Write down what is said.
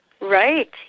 Right